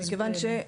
תסבירי לי.